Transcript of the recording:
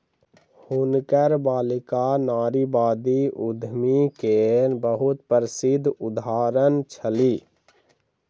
हुनकर बालिका नारीवादी उद्यमी के बहुत प्रसिद्ध उदाहरण छली